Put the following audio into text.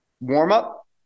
warm-up